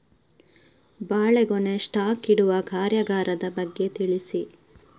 ಬಾಳೆಗೊನೆ ಸ್ಟಾಕ್ ಇಡುವ ಕಾರ್ಯಗಾರದ ಬಗ್ಗೆ ತಿಳಿಸಿ